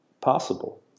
possible